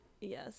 Yes